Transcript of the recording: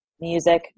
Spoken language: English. music